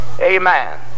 Amen